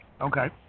Okay